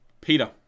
Peter